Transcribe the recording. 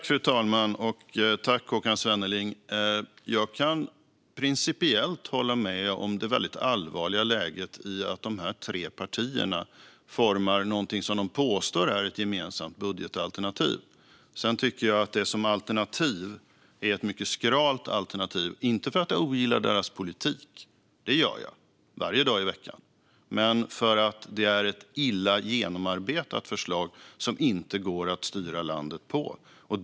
Fru talman! Jag kan principiellt hålla med om det väldigt allvarliga i att dessa tre partier utformar någonting som de påstår är ett gemensamt budgetalternativ. Men som alternativ betraktat tycker jag att det är mycket skralt - inte för att jag ogillar deras politik, för det gör jag varje dag i veckan, utan för att det är ett illa genomarbetat förslag som det inte går att styra landet på.